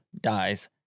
dies